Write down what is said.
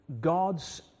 God's